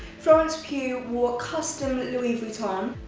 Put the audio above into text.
florence pugh wore custom louis vuitton.